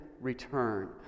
return